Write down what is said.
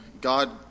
God